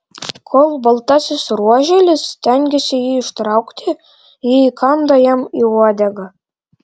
kol baltasis ruoželis stengiasi jį ištraukti ji įkanda jam į uodegą